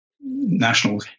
national